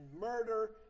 murder